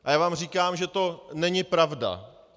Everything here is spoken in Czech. A já vám říkám, že to není pravda.